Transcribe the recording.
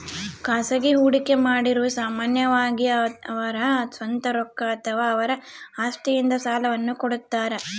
ಖಾಸಗಿ ಹೂಡಿಕೆಮಾಡಿರು ಸಾಮಾನ್ಯವಾಗಿ ಅವರ ಸ್ವಂತ ರೊಕ್ಕ ಅಥವಾ ಅವರ ಆಸ್ತಿಯಿಂದ ಸಾಲವನ್ನು ಕೊಡುತ್ತಾರ